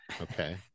okay